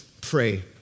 pray